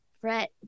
fret